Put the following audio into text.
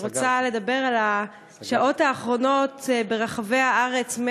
אני רוצה לדבר על השעות האחרונות ברחבי הארץ.